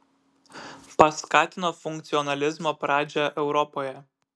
paskatino funkcionalizmo pradžią europoje